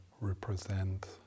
represent